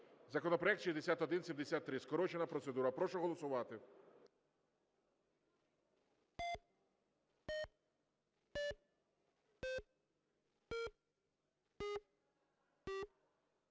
Законопроект 6173 – скорочена процедура. Прошу голосувати.